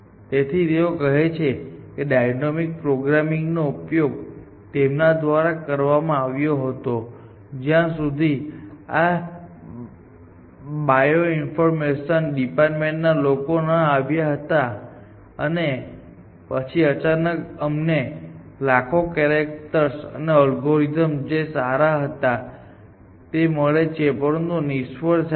તેથી તેઓ કહે છે કે ડાયનેમિક પ્રોગ્રામિંગનો ઉપયોગ તેમના દ્વારા કરવામાં આવ્યો હતો જ્યાં સુધી આ બાયો ઇન્ફોર્મેશન ડિપાર્ટમેન્ટના લોકો ન આવ્યા હતા અને પછી અચાનક અમને લાખો કેરેક્ટર અને એલ્ગોરિધમ જે સારા હતા તે મળે છે પરંતુ નિષ્ફળ જાય છે